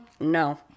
No